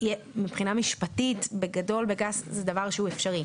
מבחינה משפטית, בגדול, זה דבר שהוא אפשרי.